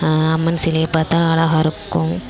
அம்மன் சிலையை பார்த்தா அழகாக இருக்கும்